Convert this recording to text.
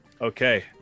okay